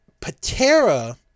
Patera